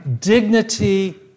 dignity